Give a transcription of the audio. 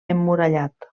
emmurallat